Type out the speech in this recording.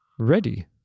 ready